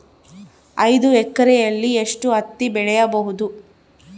ಐದು ಎಕರೆಯಲ್ಲಿ ಎಷ್ಟು ಹತ್ತಿ ಬೆಳೆಯಬಹುದು?